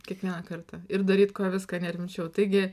kiekvieną kartą ir daryt viską nerimčiau taigi